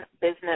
Business